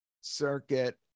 circuit